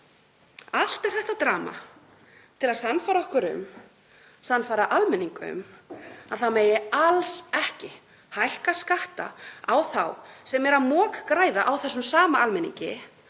Allt er þetta drama til að sannfæra okkur um það, sannfæra almenning um að það megi alls ekki hækka skatta á þá sem eru að mokgræða á þessum sama almenningi,